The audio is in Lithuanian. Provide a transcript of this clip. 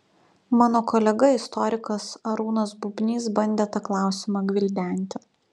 mano kolega istorikas arūnas bubnys bandė tą klausimą gvildenti